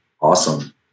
Awesome